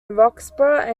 roxburgh